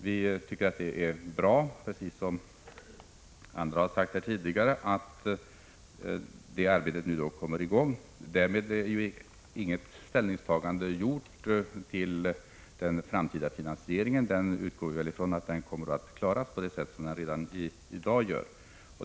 Vi tycker att det är bra, precis som andra har sagt här tidigare, att det arbetet nu kommer i gång. Därmed är inget ställningstagande gjort till den framtida finansieringen. Vi utgår ifrån att den kommer att klaras på samma sätt som nu.